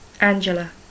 Angela